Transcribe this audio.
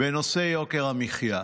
בנושא יוקר המחיה,